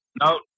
No